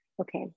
okay